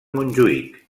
montjuïc